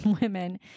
women